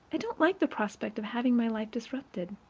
i don't like the prospect of having my life disrupted.